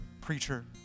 preacher